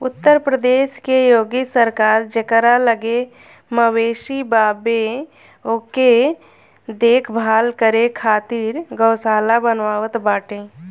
उत्तर प्रदेश के योगी सरकार जेकरा लगे मवेशी बावे ओके देख भाल करे खातिर गौशाला बनवावत बाटे